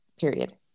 Period